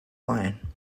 lion